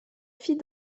fille